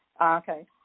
Okay